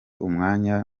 umwanya